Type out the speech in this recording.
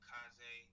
Kaze